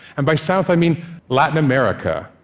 and by south, i mean latin america,